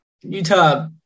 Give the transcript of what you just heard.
Utah